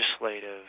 legislative